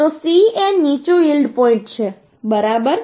તો C એ નીચું યીલ્ડ પોઈન્ટ છે બરાબર